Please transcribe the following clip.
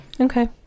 okay